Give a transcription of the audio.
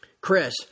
Chris